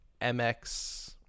MX